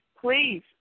please